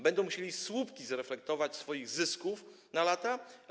Będą tam musieli słupki zreflektować swoich zysków na lata.